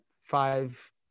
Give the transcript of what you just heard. five